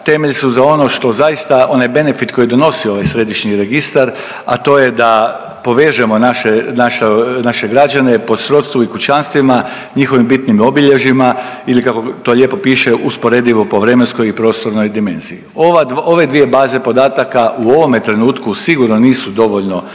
temelj su za ono što zaista, onaj benefit koji donosi ovaj središnji registar, a to je da povežemo naše, naše, naše građane po srodstvu i kućanstvima, njihovim bitnim obilježjima ili kako to lijepo piše usporedivo po vremenskoj i prostornoj dimenziji. Ove dvije baze podataka u ovome trenutku sigurno nisu dovoljno